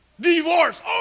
divorce